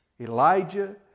Elijah